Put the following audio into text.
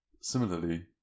Similarly